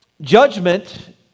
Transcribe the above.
judgment